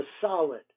solid